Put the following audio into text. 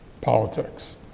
politics